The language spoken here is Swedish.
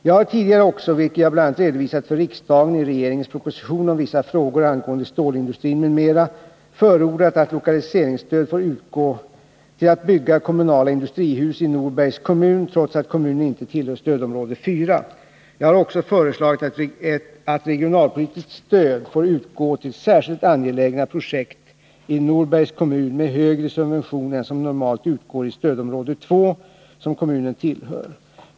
Jag har tidigare också — vilket jag bl.a. redovisat för riksdagen i regeringens proposition om vissa frågor angående stålindustrin m.m. — förordat att lokaliseringsstöd får utgå till att bygga kommunala industrihus i Norbergs kommun, trots att kommunen inte tillhör stödområde 4. Jag har också föreslagit att regionalpolitiskt stöd får utgå till särskilt angelägna projekt i Norbergs kommun med högre subvention än som normalt utgår i stödområde 2, som kommunen tillhör.